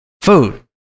Food